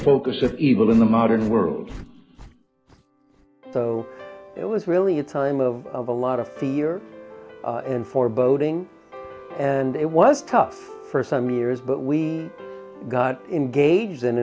focus of evil in the modern world so it was really a time of a lot of the year in foreboding and it was tough for some years but we got engaged and